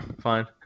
fine